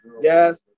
Yes